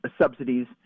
subsidies